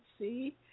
see